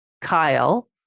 Kyle